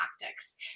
tactics